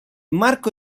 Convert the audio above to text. marco